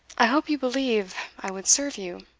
i hope you believe i would serve you?